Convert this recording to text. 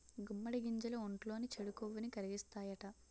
గుమ్మడి గింజలు ఒంట్లోని చెడు కొవ్వుని కరిగిత్తాయట